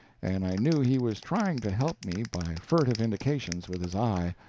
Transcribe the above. and i knew he was trying to help me by furtive indications with his eye,